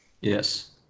Yes